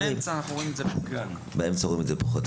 שבאמצע אנחנו רואים את זה --- באמצע רואים את זה פחות.